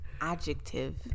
Adjective